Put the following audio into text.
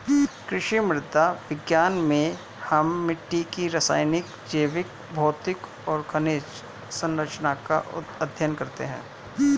कृषि मृदा विज्ञान में हम मिट्टी की रासायनिक, जैविक, भौतिक और खनिज सरंचना का अध्ययन करते हैं